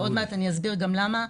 ועוד מעט אני אסביר גם למה,